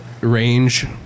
range